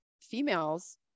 females